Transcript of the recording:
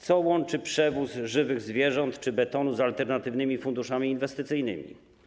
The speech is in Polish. Co łączy przewóz żywych zwierząt czy betonu z alternatywnymi funduszami inwestycyjnymi?